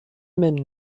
même